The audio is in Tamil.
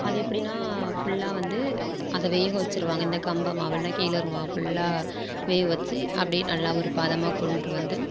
அது எப்படினா ஃபுல்லா வந்து அதை வேக வச்சுருவாங்க இந்த கம்பமாவெலாம் கேழ்வரகு மாவு ஃபுல்லா வேக வச்சு அப்டி நல்லா ஒரு பதமாக கொண்டு வந்து